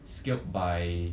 scaled by